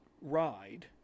ride